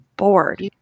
bored